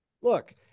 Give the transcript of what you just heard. Look